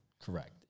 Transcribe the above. correct